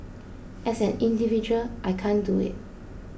as an individual I can't do it